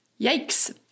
Yikes